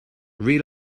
read